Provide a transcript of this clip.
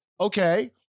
Okay